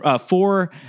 four